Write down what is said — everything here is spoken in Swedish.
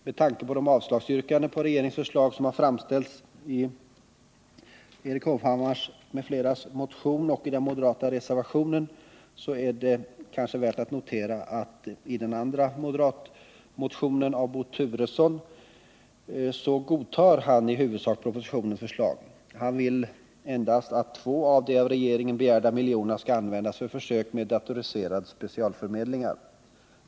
Med tanke på de yrkanden om avslag på regeringens förslag som har framställts i motionen av Erik Hovhammar m.fl. och i moderaternas reservation i utskottet är det värt att notera att Bo Turesson i den andra moderatmotionen i huvudsak godtar propositionens förslag. Han vill endast att två av de av regeringen begärda miljonerna skall användas för försök med datoriserade specialförmedlingar.